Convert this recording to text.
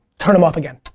turn em off again.